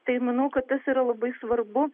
tai manau kad jis yra labai svarbu